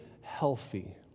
healthy